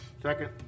Second